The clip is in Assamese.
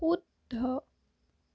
শুদ্ধ